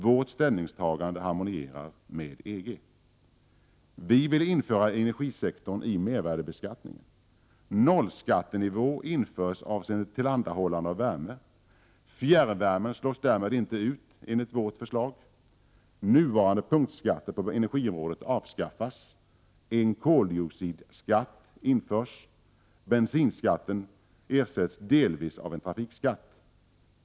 Vårt ställningstagande harmonierar med EG. Vi vill inordna energisektorn i mervärdebeskattningen. 0-skattenivå införs avseende tillhandahållande av värme. Därmed slås fjärrvärmen inte ut enligt vårt förslag. Nuvarande punktskatter på energiområdet avskaffas. En koldioxidskatt införs. Bensinskatten ersätts delvis av en trafikskatt.